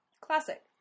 Classic